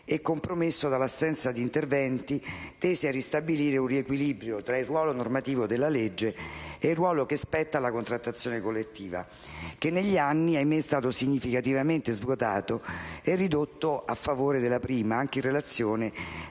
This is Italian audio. compromesso dall'assenza di interventi tesi a ristabilire un riequilibrio tra il ruolo normativo della legge e il ruolo che spetta alla contrattazione collettiva, che negli anni, ahimè, è stato significativamente svuotato e ridotto a favore della prima, anche in relazione